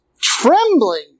trembling